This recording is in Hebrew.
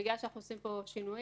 בגלל שאנחנו עושים פה שינויים,